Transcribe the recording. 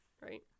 Right